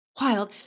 wild